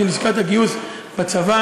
של לשכת הגיוס בצבא.